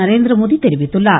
நரேந்திரமோடி தெரிவித்துள்ளார்